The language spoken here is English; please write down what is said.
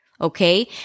Okay